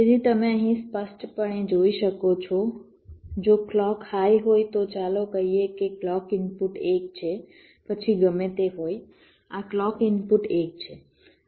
તેથી તમે અહીં સ્પષ્ટપણે જોઈ શકો છો જો ક્લૉક હાઈ હોય તો ચાલો કહીએ કે ક્લૉક ઇનપુટ 1 છે પછી ગમે તે હોય આ ક્લૉક ઇનપુટ 1 છે